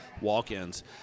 walk-ins